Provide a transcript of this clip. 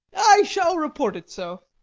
i shall report it so.